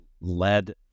led